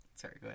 Sorry